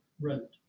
wrote